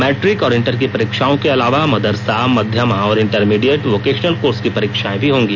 matric और inter की परीक्षाओं के अलावा मदरसा मध्यमा और इंटरमीडिएट वोकेशनल कोर्स की परीक्षाएं भी होंगी